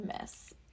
miss